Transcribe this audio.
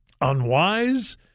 unwise